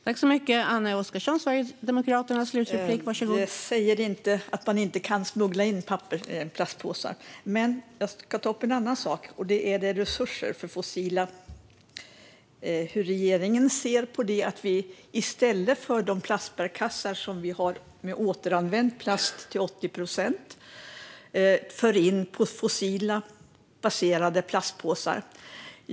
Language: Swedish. Fru talman! Jag säger inte att man inte kan smuggla in plastpåsar. Jag ska också ta upp en annan sak. Det gäller resurser för det fossila. Hur ser regeringen på att vi i stället för de plastbärkassar vi har, som till 80 procent består av återanvänd plast, för in plastpåsar som är baserade på fossil råvara?